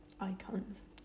icons